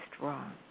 wrong